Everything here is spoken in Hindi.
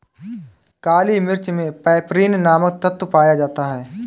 काली मिर्च मे पैपरीन नामक तत्व पाया जाता है